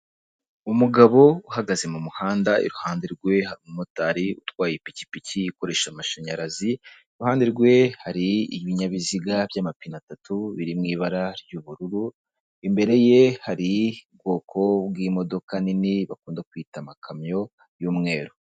Umugabo uhagaze mu muhanda iruhande rwe hari umumotari utwaye ipikipiki ikoresha amashanyarazi iruhande rwe hari ibinyabiziga by'amapine atatu biri mu ibara ry'ubururu, imbere ye hari ubwoko bw'imodoka nini bakunda kwita amakamyo y'umweru.